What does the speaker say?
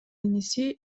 иниси